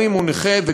גם אם הוא נכה,